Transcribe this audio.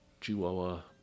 Chihuahua